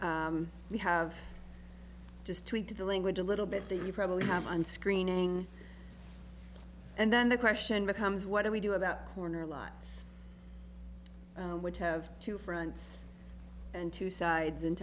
we have just tweaked the language a little bit that you probably have one screening and then the question becomes what do we do about corner lights which have two fronts and two sides and